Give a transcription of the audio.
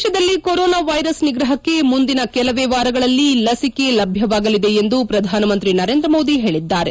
ದೇಶದಲ್ಲಿ corona virus ನಿಗ್ರಹಕ್ಕೆ ಮುಂದಿನ ಕೆಲವೇ ವಾರಗಳಲ್ಲಿ ಲಿಸಿಕೆ ಲಭ್ಯವಾಗಲಿದೆ ಎಂದು ಪ್ರಧಾನಮಂತ್ರಿ ನರೇಂದ್ರಮೋದಿ ಹೇಳಿದ್ದಾರೆ